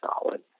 solid